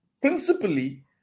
principally